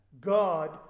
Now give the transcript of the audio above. God